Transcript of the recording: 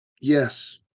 Yes